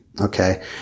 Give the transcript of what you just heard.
Okay